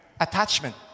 Attachment